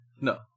No